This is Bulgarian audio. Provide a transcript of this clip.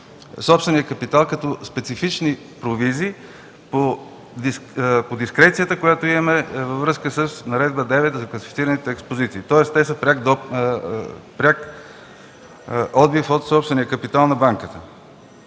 собствения капитал като специфични провизии по дискрецията, която имаме във връзка с Наредба № 9 за класифицираните експозиции – тоест, те са пряк отбив от